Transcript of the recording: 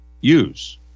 use